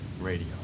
radio